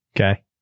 Okay